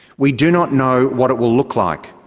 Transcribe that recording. we do not know what it will look like.